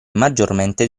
maggiormente